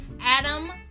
Adam